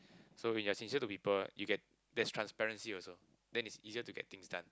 so we have sincere to be birth you get that's transparency also then it's easier to get things done